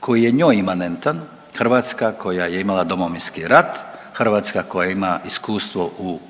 koji je njoj imanentan, Hrvatska koja je imala Domovinski rat, Hrvatska koja ima iskustvo u